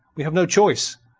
we have no choice.